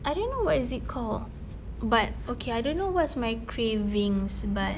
I didn't know what is it called but okay I don't know what's my cravings but